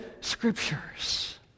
scriptures